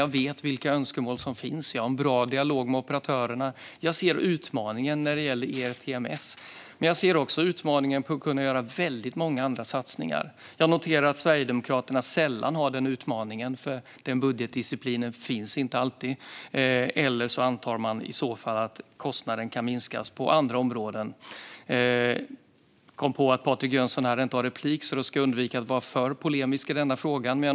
Jag vet vilka önskemål som finns och har en bra dialog med operatörerna. Jag ser utmaningen med ERTMS, men jag ser också utmaningen med att kunna göra väldigt många andra satsningar. Jag noterar att Sverigedemokraterna sällan har den utmaningen, eftersom en sådan budgetdisciplin inte alltid finns eller så antar de att kostnaden kan minskas på andra områden. Jag kom på att Patrik Jönsson inte har någon ytterligare replik, så jag ska därför undvika att vara alltför polemisk i frågan.